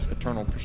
eternal